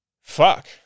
fuck